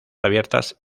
abiertas